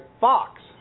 Fox